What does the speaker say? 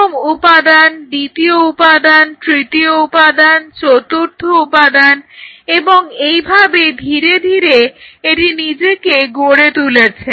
প্রথম উপাদান দ্বিতীয় উপাদান তৃতীয় উপাদান চতুর্থ উপাদান এবং এইভাবে ধীরে ধীরে এটি নিজেকে গড়ে তুলেছে